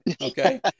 Okay